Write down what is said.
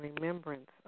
remembrance